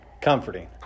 comforting